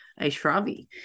Ashravi